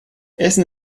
essen